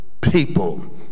people